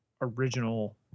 original